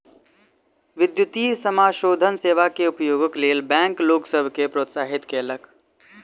विद्युतीय समाशोधन सेवा के उपयोगक लेल बैंक लोक सभ के प्रोत्साहित कयलक